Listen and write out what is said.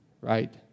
right